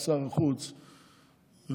שר החוץ וגנץ,